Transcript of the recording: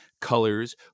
Colors